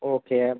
okay